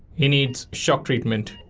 he needs shock treatment.